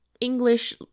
English